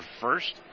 first